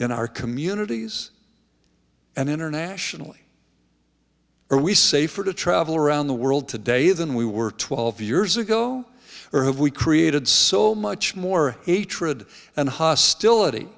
in our communities and internationally are we safer to travel around the world today than we were twelve years ago or have we created so much more atra and hostility